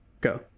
go